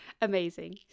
amazing